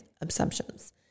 assumptions